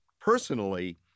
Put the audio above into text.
personally